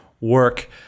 work